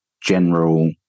general